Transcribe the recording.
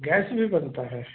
gas भी बनता है